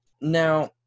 Now